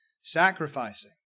sacrificing